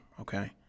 Okay